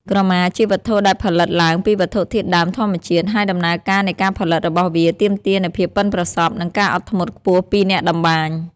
ក្រមាជាវត្ថុដែលផលិតឡើងពីវត្ថុធាតុដើមធម្មជាតិ ហើយដំណើរការនៃការផលិតរបស់វាទាមទារនូវភាពប៉ិនប្រសប់ និងការអត់ធ្មត់ខ្ពស់ពីអ្នកតម្បាញ។